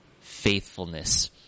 faithfulness